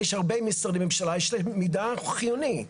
יש הרבה משרדי ממשלה, יש להם מידע חיוני.